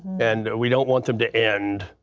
and we don't want them to end.